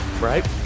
right